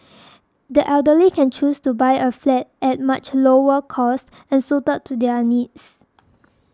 the elderly can choose to buy a flat at much lower cost and suited to their needs